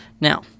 Now